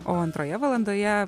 o antroje valandoje